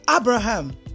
Abraham